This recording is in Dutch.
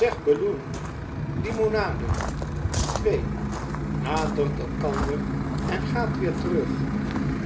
zeg b a hoon limonade twee nadert elkander en gaat weer terug